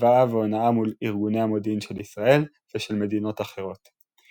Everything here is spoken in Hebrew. הסוואה והונאה מול ארגוני המודיעין של ישראל ושל מדינות אחרות.